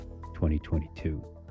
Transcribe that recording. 2022